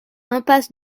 impasse